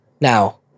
Now